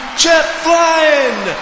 jet-flying